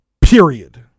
period